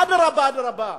אדרבה ואדרבה,